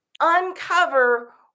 Uncover